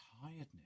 Tiredness